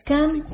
Come